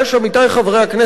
עמיתי חברי הכנסת,